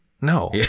no